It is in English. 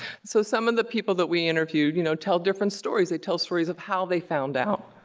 so some of the people that we interviewed you know tell different stories, they tell stories of how they found out,